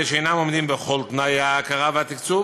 שאינם עומדים בכל תנאי ההכרה והתקצוב.